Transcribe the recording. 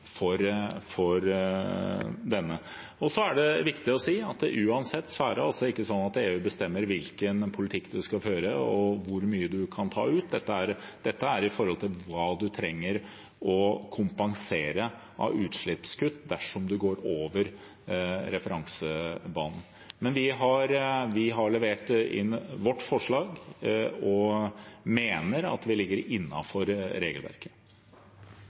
for denne. Så er det viktig å si at uansett er det ikke sånn at EU bestemmer hvilken politikk man skal føre, og hvor mye man kan ta ut. Dette er i forhold til hva man trenger å kompensere av utslippskutt dersom man går over referansebanen. Men vi har levert inn vårt forslag og mener at vi ligger innenfor regelverket.